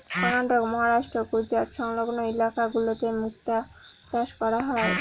কর্ণাটক, মহারাষ্ট্র, গুজরাট সংলগ্ন ইলাকা গুলোতে মুক্তা চাষ করা হয়